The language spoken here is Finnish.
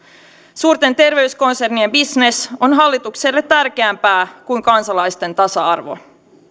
suurten terveyskonsernien bisnes on hallitukselle tärkeämpää kuin kansalaisten tasa arvo